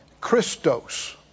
Christos